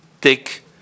take